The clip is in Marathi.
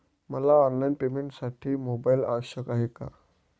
मला ऑनलाईन पेमेंटसाठी मोबाईल आवश्यक आहे का?